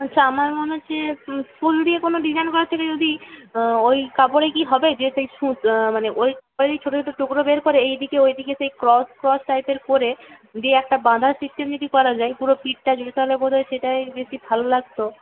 আচ্ছা আমার মনে হচ্ছে ফুল দিয়ে কোনো ডিজাইন করার থেকে যদি ওই কাপড়ে কি হবে যে সেই মানে ওই ওই ছোটো ছোটো টুকরো বের করে এই দিকে ওই দিকে সেই ক্রস ক্রস টাইপের করে যে একটা বাঁধা সিস্টেম যদি করা যায় পুরো পিঠটা জুড়ে তাহলে বোধ হয় সেটাই বেশি ভালো লাগতো